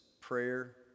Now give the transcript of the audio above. prayer